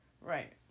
right